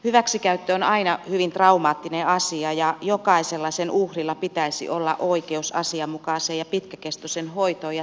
hyväksikäyttö on aina hyvin traumaattinen asia ja jokaisella sen uhrilla pitäisi olla oikeus asianmukaiseen ja pitkäkestoiseen hoitoon ja terapiaan